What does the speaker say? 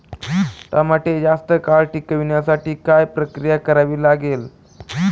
टमाटे जास्त काळ टिकवण्यासाठी काय प्रक्रिया करावी लागेल?